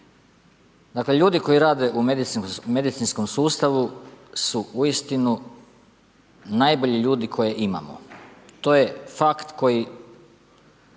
Dakle, ljudi koji rade u medicinskom sustavu su uistinu najbolji ljudi koje imamo. To je fakt o